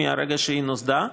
מרגע שהיא נוסדה,